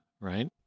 right